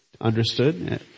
understood